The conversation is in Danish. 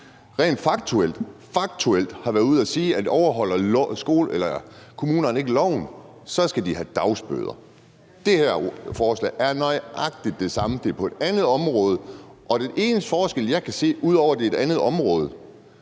– faktuelt – har været ude at sige, altså man sagde, at overholder kommunerne ikke loven, skal de have dagbøder. Det her forslag er nøjagtig det samme. Det er på et andet område, og den eneste forskel, jeg kan se, ud over at det er et andet område,